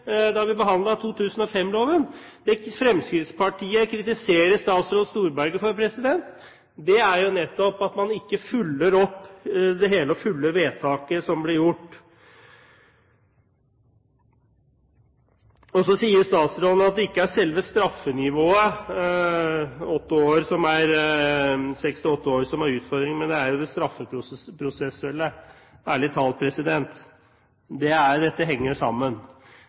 da vi behandlet 2005-loven. Det Fremskrittspartiet kritiserer statsråd Storberget for, er nettopp at man ikke følger opp det hele og fulle vedtaket som ble fattet. Så sier statsråden at det ikke er selve straffenivået, fra seks til åtte år, som er utfordringen, men det er det straffeprosessuelle. Ærlig talt – dette henger sammen!